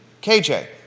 KJ